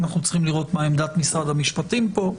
אנחנו צריכים לראות מה עמדת משרד המשפטים פה.